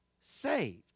saved